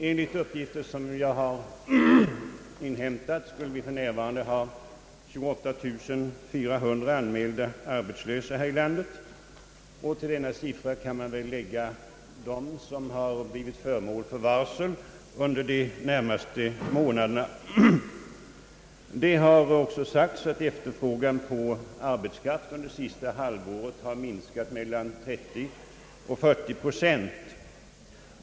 Enligt uppgifter som jag inhämtat har vi för närvarande 28 400 anmälda arbetslösa här i landet. Till denna siffra kan läggas de som fått varsel om arbetsnedläggelse under de närmaste månaderna. Det har också sagts att efterfrågan på arbetskraft under senaste halvåret minskat med 30—40 procent.